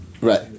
Right